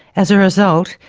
as a result,